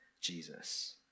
Jesus